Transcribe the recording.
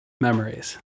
memories